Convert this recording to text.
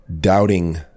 doubting –